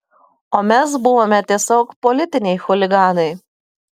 o mes buvome tiesiog politiniai chuliganai